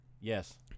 Yes